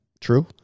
true